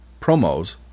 promos